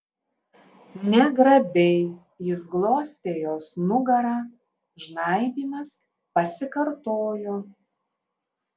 negrabiai jis glostė jos nugarą žnaibymas pasikartojo